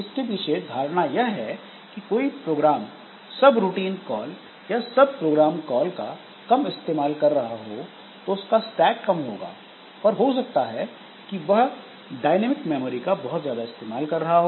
इसके पीछे धारणा यह है कि कोई प्रोग्राम सब रूटीन कॉल या सबप्रोग्राम कॉल का कम इस्तेमाल कर रहा हो तो उसका स्टैक कम होगा पर हो सकता है कि वह डायनेमिक मेमोरी का बहुत ज्यादा इस्तेमाल कर रहा हो